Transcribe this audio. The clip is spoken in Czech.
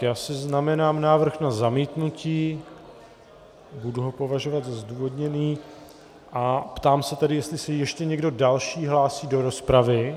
Já si znamenám návrh na zamítnutí, budu ho považovat za zdůvodněný, a ptám se tedy, jestli se ještě někdo další hlásí do rozpravy.